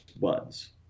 buds